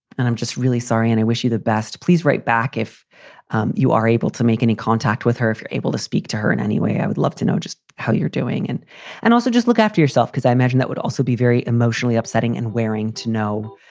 and i'm just really sorry, and i wish you the best. please write back if you are able to make any contact with her, if you're able to speak to her in any way, i would love to know just how you're doing. and and also just look after yourself, because i imagine that would also be very emotionally upsetting and wearing to no.